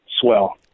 swell